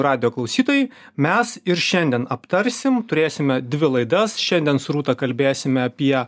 radijo klausytojai mes ir šiandien aptarsim turėsime dvi laidas šiandien su rūta kalbėsime apie